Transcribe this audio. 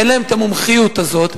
אין להם המומחיות הזאת.